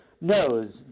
knows